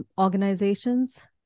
organizations